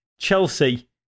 Chelsea